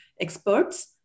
experts